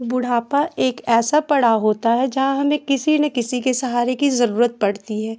बुढ़ापा एक ऐसा पड़ाव होता है जहाँ हमें किसी न किसी के सहारे की ज़रूरत पड़ती है